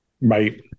Right